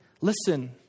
Listen